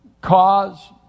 cause